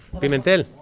Pimentel